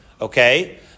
okay